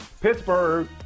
Pittsburgh